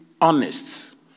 honest